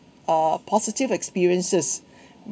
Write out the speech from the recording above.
uh positive experiences